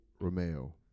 Romeo